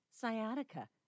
sciatica